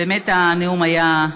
באמת, הנאום היה,